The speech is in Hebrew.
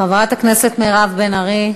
חברת הכנסת מירב בן ארי,